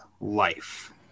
life